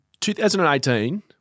2018